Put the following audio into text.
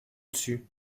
dessus